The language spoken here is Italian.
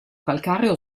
calcareo